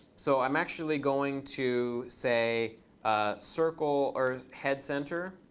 so i'm actually going to say circle or head center